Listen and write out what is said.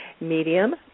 medium